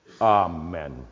Amen